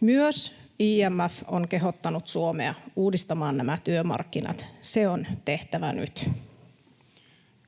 Myös IMF on kehottanut Suomea uudistamaan nämä työmarkkinat, se on tehtävä nyt.